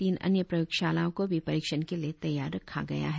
तीन अन्य प्रयोगशालाओं को भी परीक्षण के लिए तैयार रखा गया है